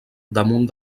damunt